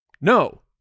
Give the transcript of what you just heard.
No